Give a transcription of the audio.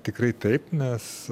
tikrai taip nes